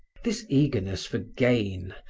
this eagerness for gain,